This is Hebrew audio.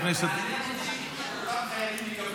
מעניין אותי שכל החיילים יקבלו.